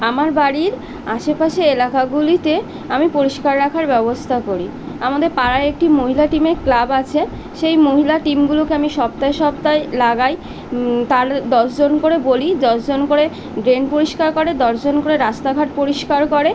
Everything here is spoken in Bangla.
আমার বাড়ির আশেপাশে এলাকাগুলিকে আমি পরিষ্কার রাখার ব্যবস্থা করি আমাদের পাড়ায় একটি মহিলা টিমের ক্লাব আছে সেই মহিলা টিমগুলোকে আমি সপ্তাহে সপ্তাহে লাগাই তার দশজন করে বলি দশজন করে ড্রেন পরিষ্কার করে দশজন করে রাস্তাঘাট পরিষ্কার করে